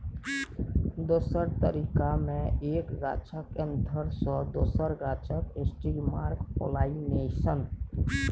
दोसर तरीका मे एक गाछक एन्थर सँ दोसर गाछक स्टिगमाक पोलाइनेशन